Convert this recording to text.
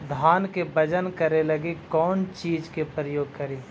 धान के बजन करे लगी कौन चिज के प्रयोग करि?